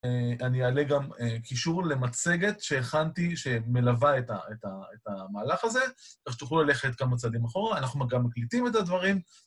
אני אעלה גם קישור למצגת שהכנתי, שמלווה את המהלך הזה. כך שתוכלו ללכת כמה צעדים אחורה, אנחנו גם מקליטים את הדברים.